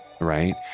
right